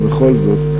ובכל זאת,